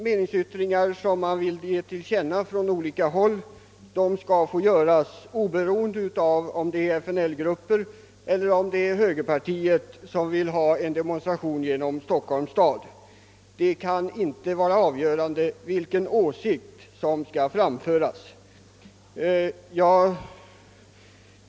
Meningsyttringar från olika håll skall vara tillåtna oberoende av om det är FNL-grupper eller höger partiet som vill ordna ett demonstrationståg genom Stockholms stad. Det avgörande får inte vara vilken åsikt som skall framföras.